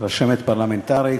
רשמת פרלמנטרית,